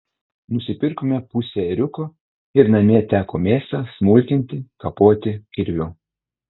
nusipirkome pusę ėriuko ir namie teko mėsą smulkinti kapoti kirviu